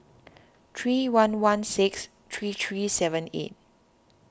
three one one six three three seven eight